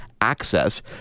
access